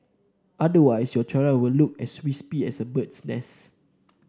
otherwise your tiara will look as wispy as a bird's nest